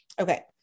Okay